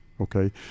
okay